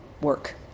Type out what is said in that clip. work